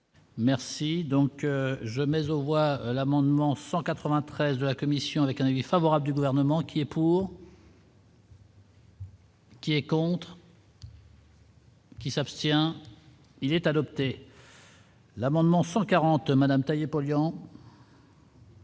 Merci donc je mais aux voix l'amendement 193 de la commission avec un avis favorable du gouvernement qui est pour. Qui est contre. Qui s'abstient, il est adopté. L'amendement 140 Madame taillé pour